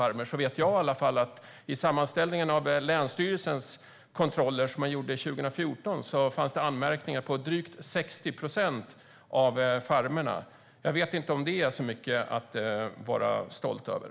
Jag vill påpeka för honom att i alla fall jag vet att det enligt sammanställningen av länsstyrelsens kontroller, som gjordes 2014, fanns anmärkningar på drygt 60 procent av farmerna. Jag vet inte om det är så mycket att vara stolt över.